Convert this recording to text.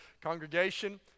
Congregation